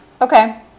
Okay